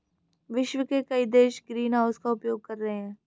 विश्व के कई देश ग्रीनहाउस का उपयोग कर रहे हैं